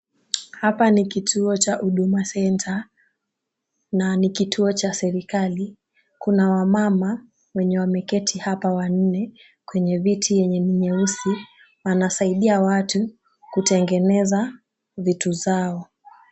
Hapa ni kituo cha Huduma Center na ni kituo cha serikali. Kuna wamama wenye wameketi hapa wanne kwenye viti yenye ni nyeusi. Wanasaidia watu kutengeneza vitu zao.